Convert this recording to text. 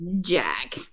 jack